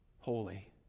holy